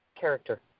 character